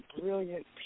brilliant